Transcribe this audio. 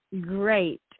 great